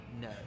No